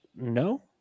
No